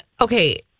okay